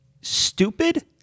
stupid